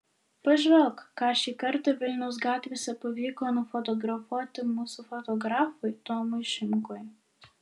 pažvelk ką šį kartą vilniaus gatvėse pavyko nufotografuoti mūsų fotografui tomui šimkui